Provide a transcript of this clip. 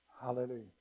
Hallelujah